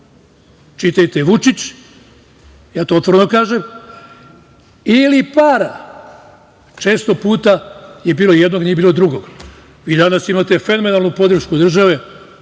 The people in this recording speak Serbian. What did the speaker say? čitajte – Vučić, ja to otvoreno kažem, ili para. Često puta je bilo jednog, nije bilo drugog. Vi danas imate fenomenalnu podršku države,